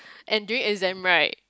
and during exam right